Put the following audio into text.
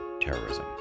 terrorism